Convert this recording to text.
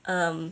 um